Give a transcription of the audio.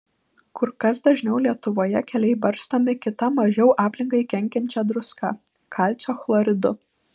kur kas dažniau lietuvoje keliai barstomi kita mažiau aplinkai kenkiančia druska kalcio chloridu